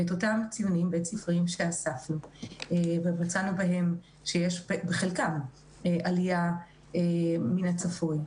לגבי אותם ציונים בית-ספריים שאספנו ומצאנו בהם עלייה לעומת הצפוי,